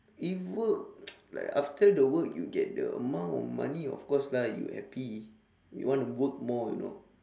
if work like after the work you get the amount of money of course lah you happy you want to work more you know